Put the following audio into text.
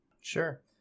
Sure